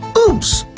oops!